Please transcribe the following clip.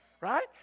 right